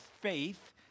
faith